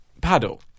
paddle